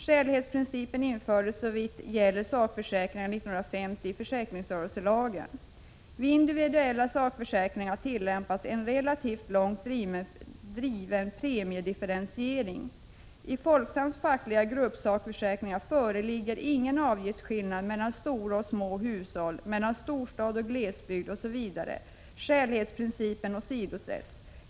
Skälighetsprincipen infördes såvitt gäller sakförsäkringar i försäkringsrörelselagen år 1950. Vid individuella sakförsäkringar tillämpas en relativt långt driven premiedifferentiering. I Folksams fackliga gruppsakförsäkringar föreligger ingen avgiftsskillnad mellan stora och små hushåll, mellan storstad och glesbygd osv. Skälighetsprincipen åsidosätts.